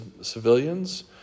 civilians